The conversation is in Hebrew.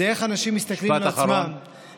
זה איך שאנשים מסתכלים על עצמם, משפט אחרון.